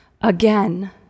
Again